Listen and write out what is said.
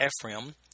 Ephraim